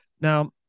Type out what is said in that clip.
Now